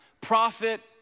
Prophet